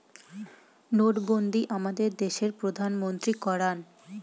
নোটবন্ধী আমাদের দেশের প্রধানমন্ত্রী করান